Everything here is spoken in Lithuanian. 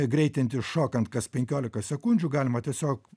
greitinti šokant kas penkiolika sekundžių galima tiesiog